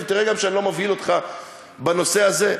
ותראה שאני לא מבהיל אותך בנושא הזה.